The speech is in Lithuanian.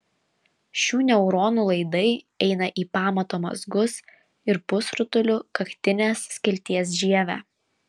šių neuronų laidai eina į pamato mazgus ir pusrutulių kaktinės skilties žievę